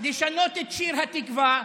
לשנות את שיר התקווה,